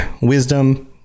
wisdom